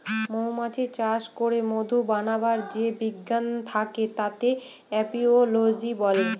মৌমাছি চাষ করে মধু বানাবার যে বিজ্ঞান থাকে তাকে এপিওলোজি বলে